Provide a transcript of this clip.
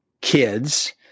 kids